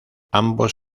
ambos